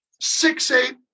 six-eight